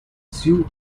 sue